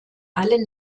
alle